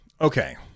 okay